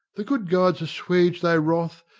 the good gods assuage thy wrath,